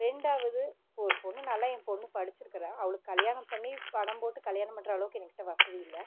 ரெண்டாவது ஒரு பொண்ணு நல்ல என் பொண்ணு படிச்சிருக்குறாள் அவளுக்கு கல்யாணம் பண்ணி பணம் போட்டு கல்யாணம் பண்ணுற அளவுக்கு எங்கக்கிட்ட வசதி இல்லை